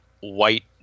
white